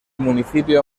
municipio